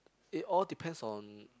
it all depends on